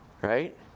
Right